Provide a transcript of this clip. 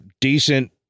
decent